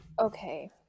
okay